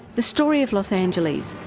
the story of los angeles,